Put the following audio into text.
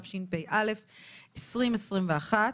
תשפ"א-2021.